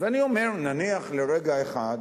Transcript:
אז אני אומר, נניח לרגע אחד